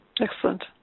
Excellent